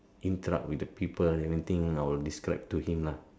interact with the people everything I will describe to him lah